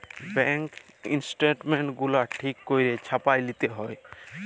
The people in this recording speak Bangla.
ব্যাংক ইস্ট্যাটমেল্টস গুলা ঠিক ক্যইরে ছাপাঁয় লিতে হ্যয়